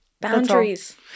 Boundaries